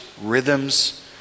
rhythms